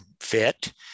fit